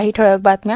काही ठळक बातम्या